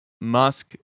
Musk